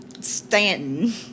Stanton